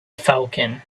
falcon